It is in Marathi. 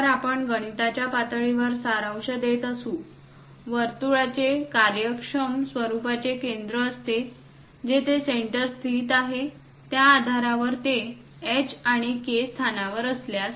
जर आपण गणिताच्या पातळीवर सारांश देत असू वर्तुळाचे कार्यक्षम स्वरुपाचे केंद्र असते जेथे सेंटर स्थित आहे त्या आधारावर ते h आणि k स्थानावर असल्यास